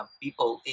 people